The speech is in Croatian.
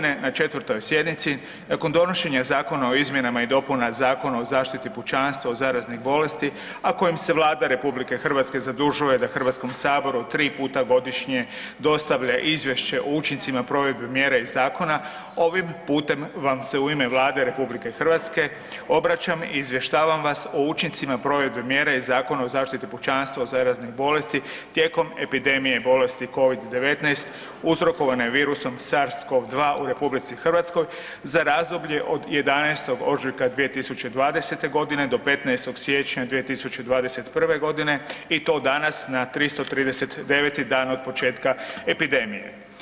na 4. sjednici nakon donošenja zakona o izmjenama i dopunama Zakona o zaštiti pučanstva od zaraznih bolesti a kojim se Vlada RH zadužuje da Hrvatskom saboru 3 puta godišnje dostavlja izvješće u učincima provedbe mjere iz zakona, ovim putem vam se u ime Vlade RH obraćam i izvještavam vas o učincima provedbe mjera iz Zakona o zaštiti pučanstva od zaraznih bolesti tijekom epidemije bolesti COVID-19 uzrokovane virusom SARS-CoV-2 u RH za razdoblje od 11. ožujka 2020. do 15. siječnja 2021. g. i to danas na 339. dan od početka epidemije.